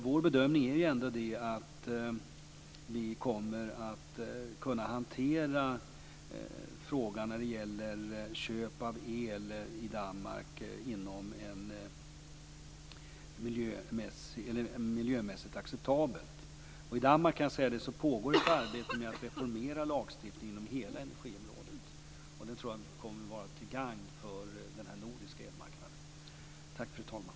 Vår bedömning är att vi kommer att kunna hantera frågan om köp av el i Danmark på ett miljömässigt acceptabelt sätt. I Danmark pågår ett arbete om att reformera lagstiftningen för hela energiområdet, och det kommer att vara till gagn för den nordiska elmarknaden.